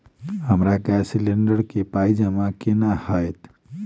हमरा gas cylinder केँ पाई जमा केना हएत?